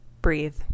breathe